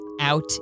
out